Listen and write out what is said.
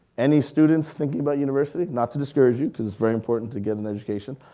any students thinking about university? not to discourage you, cause it's very important to get an education,